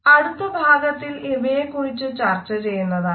അടുത്ത ഭാഗത്തിൽ ഇവയെ കുറിച്ചു ചർച്ച ചെയ്യുന്നതാണ്